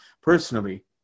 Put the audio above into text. personally